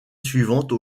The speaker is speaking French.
suivante